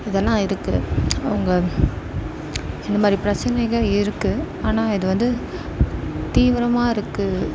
இதெலாம் இருக்குது அவங்க இந்தமாதிரி பிரச்சனைங்க இருக்குது ஆனால் இது வந்து தீவிரமாக இருக்குது